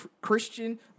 Christian